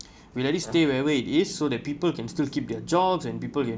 we let it stay wherever it is so that people can still keep their jobs and people